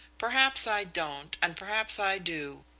perhaps i don't, and perhaps i do.